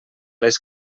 les